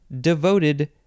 devoted